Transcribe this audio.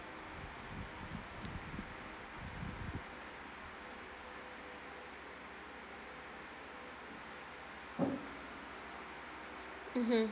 mmhmm